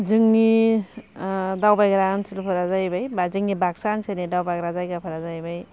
जोंनि दावबायग्रा ओनसोलफोरा जायैबाय बा जोंनि बाक्सा ओनसोलनि दावबायग्रा जायगाफोरा जायैबाय